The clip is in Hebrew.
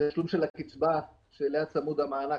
התשלום של הקצבה שאליה צמוד המענק,